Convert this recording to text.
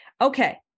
Okay